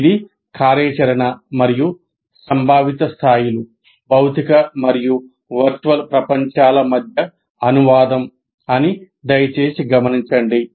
ఇది కార్యాచరణ మరియు సంభావిత స్థాయిలు భౌతిక మరియు వర్చువల్ ప్రపంచాల మధ్య అనువాదం అని దయచేసి గమనించండి